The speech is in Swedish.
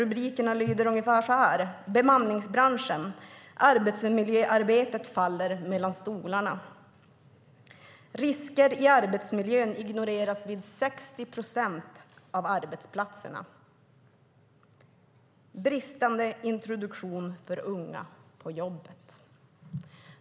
Rubrikerna lyder ungefär så här: Bemanningsbranschen: Personalens arbetsmiljö faller mellan stolarna , Tidiga signaler om risker i arbetsmiljön ignoreras vid 60 procent av arbetsplatserna och Bristande introduktion av unga på jobbet .